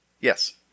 Yes